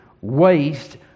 waste